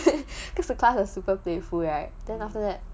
because the class super playful right then after that